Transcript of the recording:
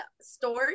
stores